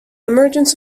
emergence